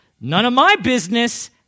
none-of-my-business